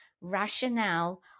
rationale